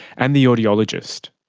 and the audiologist.